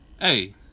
Hey